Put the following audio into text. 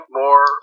more